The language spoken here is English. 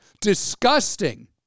disgusting